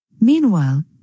Meanwhile